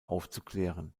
aufzuklären